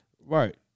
Right